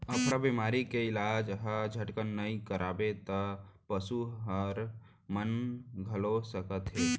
अफरा बेमारी के इलाज ल झटकन नइ करवाबे त पसू हर मन घलौ सकत हे